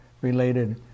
related